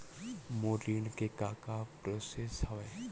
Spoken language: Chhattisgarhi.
मोर ऋण के का का प्रोसेस हवय?